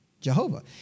Jehovah